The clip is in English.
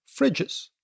fridges